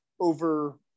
over